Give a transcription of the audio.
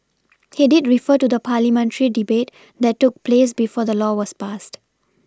he did refer to the parliamentary debate that took place before the law was passed